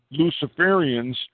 Luciferians